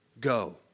Go